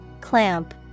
Clamp